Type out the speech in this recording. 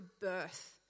birth